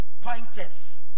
pointers